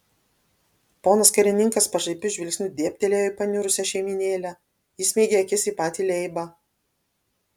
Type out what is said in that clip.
ponas karininkas pašaipiu žvilgsniu dėbtelėjo į paniurusią šeimynėlę įsmeigė akis į patį leibą